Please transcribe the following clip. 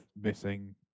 missing